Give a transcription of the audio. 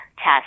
Test